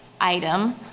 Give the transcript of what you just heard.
item